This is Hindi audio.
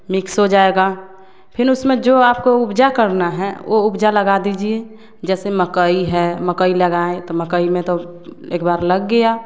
मिक्स हो जाएगा फिर उसमें जो आपको उपजा करना हैं वो उपजा लगा दीजिए जैसे मकई है मकई लगाएँ तो मकई में तो एक बार लग गया